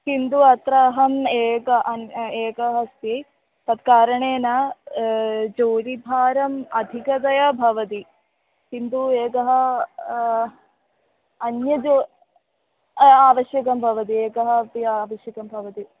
किन्तु अत्र अहम् एक अन्यत् एकः अस्ति तत्कारणेन जोलि भारम् अधिकतया भवति किन्तु एकः अन्यत् आवश्यकं भवति एकः अपि आवश्यकं भवति